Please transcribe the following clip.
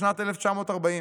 בשנת 1940,